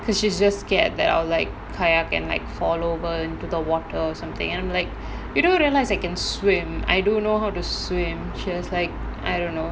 because she's just scared that I'll like kayak and like fall over into the water or something and I'm like you do realise I can swim I do know how to swim she was like I don't know